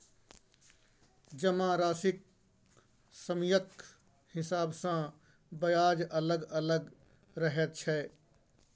जमाराशिक समयक हिसाब सँ ब्याज अलग अलग रहैत छै